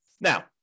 Now